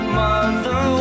mother